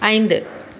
ஐந்து